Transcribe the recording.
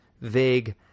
vague